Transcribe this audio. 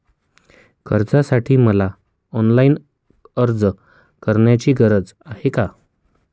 कर्जासाठी मला ऑनलाईन अर्ज करण्याची गरज आहे का?